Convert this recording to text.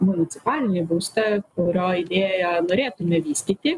municipalinį būstą kurio idėją norėtume vystyti